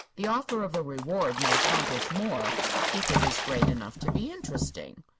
the offer of a reward may accomplish more if it is great enough to be interesting.